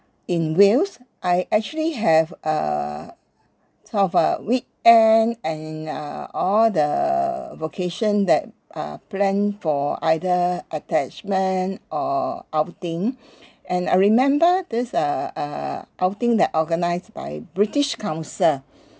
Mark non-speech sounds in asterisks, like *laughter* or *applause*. in wales I actually have a uh sort of a weekend and uh all the vacation that uh plan for either attachment or outing *breath* and I remember this uh uh err outing that organised by british council